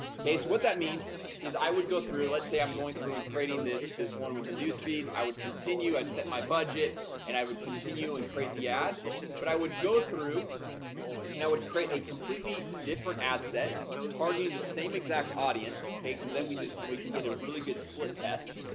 okay so what that means is i would go through let's say i'm going through and creating this this one with the news feeds i would continue i've set my budget and i would continue and create the ad but i would go through and i would create a completely different ad set targeting the same exact audience okay, because then we just we can get a really good split test.